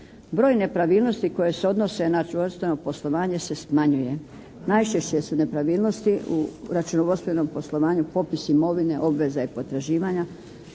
Broj nepravilnosti koje se odnose na računovodstveno poslovanje se smanjuje. Najčešće su nepravilnosti u računovodstvenom poslovanju popis imovine, obveza i potraživanja.